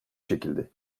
çekildi